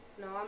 no